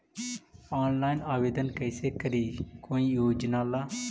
Online आवेदन कैसे करी कोई योजना ला?